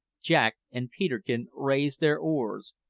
jack and peterkin raised their oars,